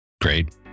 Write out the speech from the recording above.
Great